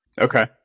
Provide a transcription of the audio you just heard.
Okay